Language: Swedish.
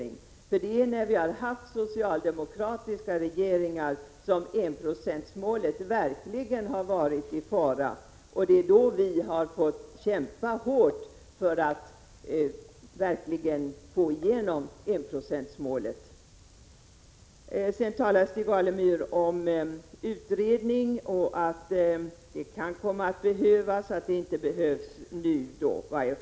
När vi har haft socialdemokratiska regeringar har enprocentsmålet verkligen varit i fara. Då har vi fått kämpa hårt för att uppnå enprocentsmålet. Stig Alemyr talade om att det kan komma att behövas en utredning, men att det i varje fall inte behövs någon för närvarande.